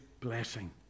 blessing